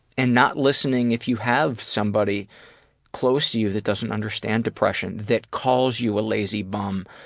and not listening if you have somebody close to you that doesn't understand depression, that calls you a lazy bum,